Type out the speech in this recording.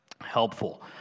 helpful